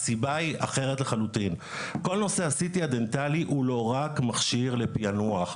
הסיבה היא אחרת לחלוטין: כל נושא ה-CT הדנטלי הוא לא רק מכשיר לפענוח,